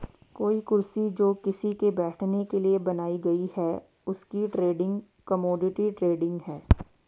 कोई कुर्सी जो किसी के बैठने के लिए बनाई गयी है उसकी ट्रेडिंग कमोडिटी ट्रेडिंग है